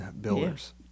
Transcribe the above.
builders